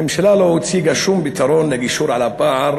הממשלה לא הציגה שום פתרון לגישור על הפער,